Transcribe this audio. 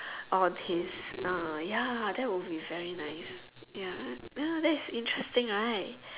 on his uh ya that would be very nice ya you know that is interesting right